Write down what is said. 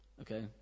Okay